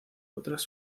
otras